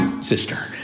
sister